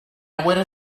waited